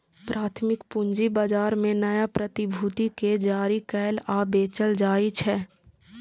प्राथमिक पूंजी बाजार मे नया प्रतिभूति कें जारी कैल आ बेचल जाइ छै